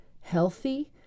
healthy